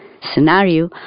scenario